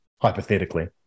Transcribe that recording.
hypothetically